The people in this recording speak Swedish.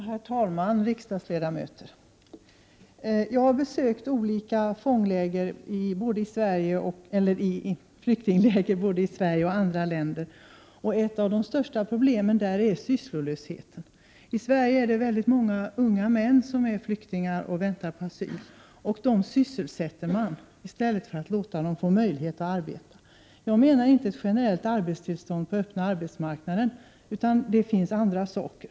Herr talman! Riksdagsledamöter! Jag har besökt olika flyktingläger både i Sverige och i andra länder. Ett av de största problemen där är sysslolösheten. I Sverige är det många unga män som är flyktingar och väntar på att få asyl. Dem sysselsätter vi i stället för att låta dem få möjlighet att arbeta. Jag menar inte att man skulle ge dem generellt arbetstillstånd för den öppna arbetsmarknaden — det finns andra möjligheter.